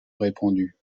répandues